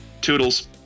toodles